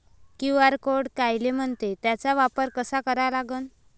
QR code कायले म्हनते, त्याचा वापर कसा करा लागन?